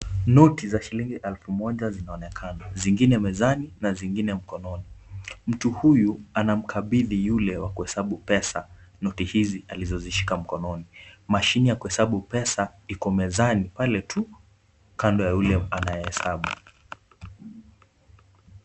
Noti za shilingi alfu moja zinaonekana, zingine mezani na zingine mkononi. Mtu huyu ana mkabidhi yule wa kuhesabu pesa, noti hizi alizozishika mkononi. Mashini[ cs] ya kuhesabu pesa iko mezani pale tu kando ya yule anayehesabu.